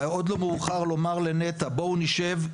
ועוד לא מאוחר לומר לנת"ע בואו נשב,